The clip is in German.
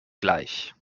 gleich